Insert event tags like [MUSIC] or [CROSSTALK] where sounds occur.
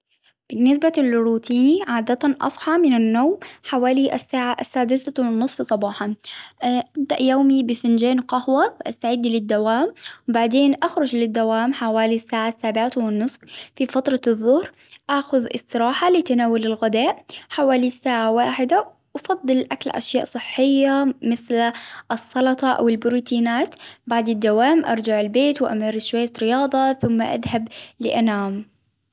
بالنسبة للروتيني عادة أصحى من النوم حوالي الساعة السادسة والنصف صباحا، [HESITATION] أبدأ يومي بفنجان قهوة أستعد للدوامأ بعدين أخرج للدوام حوالي الساعة السابعة والنصف في فترة الظهر، آخذ إستراحة لتناول الغداء حوالي ساعة واحدة، أفضل أكل أشياء صحية مثل السلطة أو البروتينات بعد الدوام أرجع البيت وأمر شوية رياضة ثم اذهب لأنام.